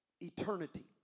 eternity